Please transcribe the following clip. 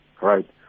Right